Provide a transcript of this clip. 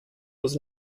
was